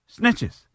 Snitches